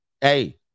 Hey